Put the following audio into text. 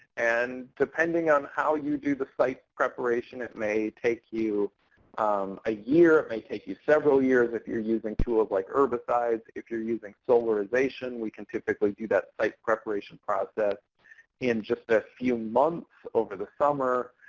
and depending on how you do the site preparation, it may take you um a year, it may take you several years if you're using tools like herbicides. if you're using solarization, we can typically do that site preparation process in just a few months over the summer.